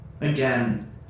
again